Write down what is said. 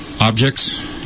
Objects